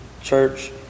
church